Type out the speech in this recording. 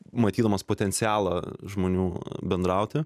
matydamas potencialą žmonių bendrauti